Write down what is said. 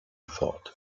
thought